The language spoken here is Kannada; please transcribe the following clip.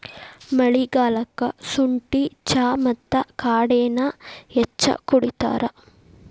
ಮಳಿಗಾಲಕ್ಕ ಸುಂಠಿ ಚಾ ಮತ್ತ ಕಾಡೆನಾ ಹೆಚ್ಚ ಕುಡಿತಾರ